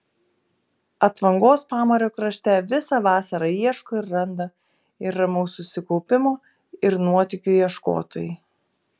atvangos pamario krašte visą vasarą ieško ir randa ir ramaus susikaupimo ir nuotykių ieškotojai